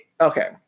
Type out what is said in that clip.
Okay